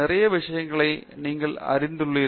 நிறைய விஷயங்களை நீங்கள் அறிந்துளீர்கள்